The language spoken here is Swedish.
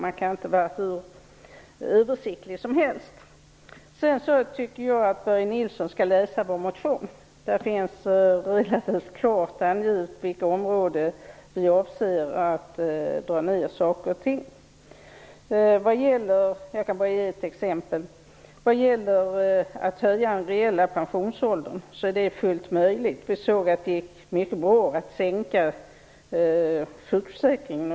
Man kan inte vara hur översiktlig som helst. Jag tycker att Börje Nilsson skall läsa vår motion. Där finns relativt klart angivet vilka områden vi avser att dra ner på. Jag kan ge ett exempel. Det är fullt möjligt att höja den reella pensionsåldern. Vi såg att det gick mycket bra att sänka sjukförsäkringarna.